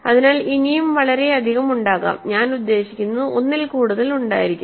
അതിനാൽ ഇനിയും വളരെയധികം ഉണ്ടാകാം ഞാൻ ഉദ്ദേശിക്കുന്നത് ഒന്നിൽ കൂടുതൽ ഉണ്ടായിരിക്കാം